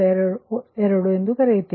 92 ಎಂದು ಕರೆಯುತ್ತೀರಿ